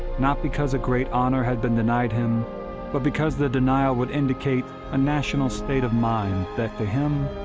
not because a great honor had been denied him but because the denial would indicate a national state of mind that to him,